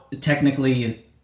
technically